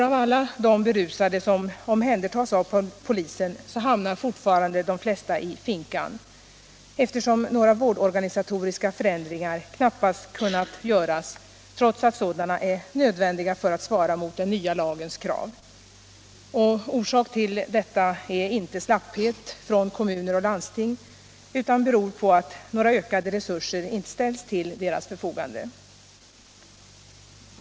Av alla de berusade som omhändertas av polisen hamnar fortfarande de flesta i finkan, eftersom några vårdorganisatoriska förändringar knappast kunnat göras trots att sådana är nödvändiga för att svara mot den nya lagens krav. Orsaken härtill är inte slapphet från kommuner och landsting utan det faktum att några ökade resurser inte ställts till deras förfogande.